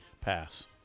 Pass